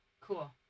Cool